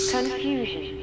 Confusion